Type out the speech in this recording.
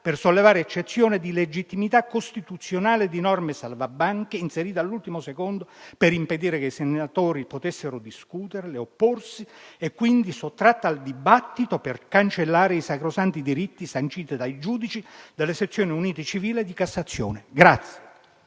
per sollevare eccezione di legittimità costituzionale di norme salvabanche inserite all'ultimo secondo per impedire che i senatori potessero discuterle e opporsi, sottratte quindi al dibattito per cancellare i sacrosanti diritti sanciti dai giudici delle sezioni unite civili della Cassazione. La